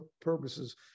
purposes